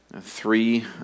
Three